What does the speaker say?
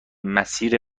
مسیر